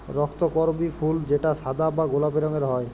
রক্তকরবী ফুল যেটা সাদা বা গোলাপি রঙের হ্যয়